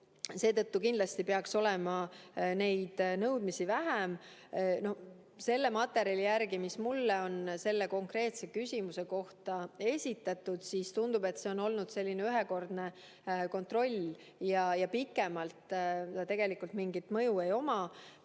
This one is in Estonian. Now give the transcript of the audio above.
Seetõttu kindlasti peaks olema niisuguseid nõudmisi vähem. Selle materjali järgi, mis mulle on selle konkreetse küsimuse kohta esitatud, tundub, et see on olnud selline ühekordne kontroll ja pikemalt mingit mõju ei oma. See